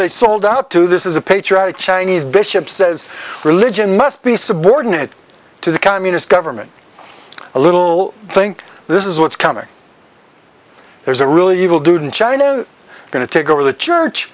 they sold out to this is a patriotic chinese bishop says religion must be subordinate to the communist government a little think this is what's coming there's a really evil dude in china going to take over the church